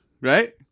right